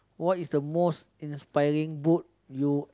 what is the most inspiring book you